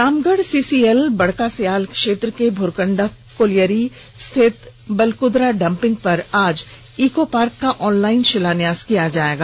Ramgarh CCL Barka Sayal क्षेत्र के Bhurkunda colliery स्थित बलकुदरा डंपिंग पर आज दोपहर इको पार्क का ऑनलाइन शिलान्यास किया जाएगा